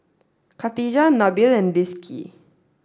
Khatijah Nabil and Rizqi